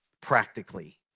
practically